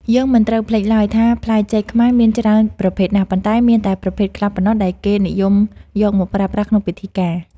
យើងមិនត្រូវភ្លេចឡើយថាផ្លែចេកខ្មែរមានច្រើនប្រភេទណាស់ ប៉ុន្តែ មានតែប្រភេទខ្លះប៉ុណ្ណោះដែលគេនិយមយកមកប្រើប្រាស់ក្នុងពិធីការ។